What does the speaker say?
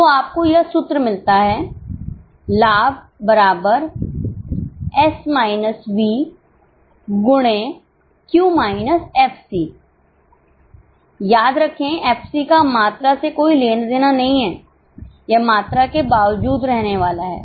तो आपको यह सूत्र मिलता है लाभ क्यू एफसी याद रखें एफसी का मात्रा से कोई लेना देना नहीं है यह मात्रा के बावजूद रहने वाला है